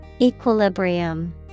Equilibrium